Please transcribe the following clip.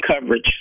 coverage